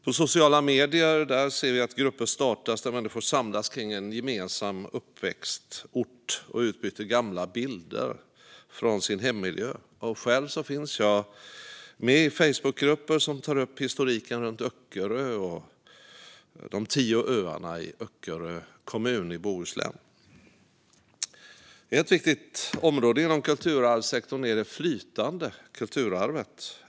På sociala medier ser vi att grupper startas där människor samlas kring en gemensam uppväxtort och utbyter gamla bilder från sin hemmiljö. Själv finns jag med i Facebookgrupper som tar upp historiken runt Öckerö och de tio öarna i Öckerö kommun i Bohuslän. Ett viktigt område inom kulturarvssektorn är det flytande kulturarvet.